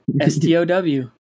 S-T-O-W